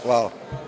Hvala.